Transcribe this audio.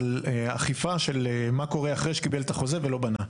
על אכיפה של מה קורה אחרי שקיבל את החוזה ולא בנה.